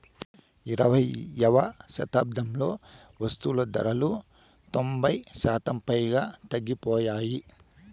ఇరవైయవ శతాబ్దంలో వస్తువులు ధరలు తొంభై శాతం పైగా తగ్గిపోయాయి